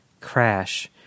crash